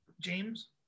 James